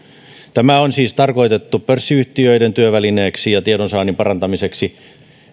tämä on siis tarkoitettu pörssiyhtiöiden työvälineeksi ja tiedonsaannin parantamiseksi